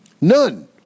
None